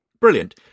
Brilliant